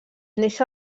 neix